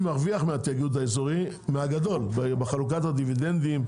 מרוויח מהתיאגוד האזורי מהגדול בחלוקת הדיבידנדים,